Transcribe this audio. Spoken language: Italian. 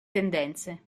tendenze